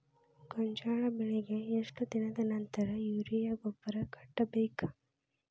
ಗೋಂಜಾಳ ಬೆಳೆಗೆ ಎಷ್ಟ್ ದಿನದ ನಂತರ ಯೂರಿಯಾ ಗೊಬ್ಬರ ಕಟ್ಟಬೇಕ?